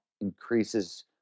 increases